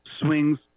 swings